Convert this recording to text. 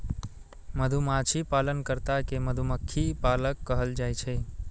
मधुमाछी पालन कर्ता कें मधुमक्खी पालक कहल जाइ छै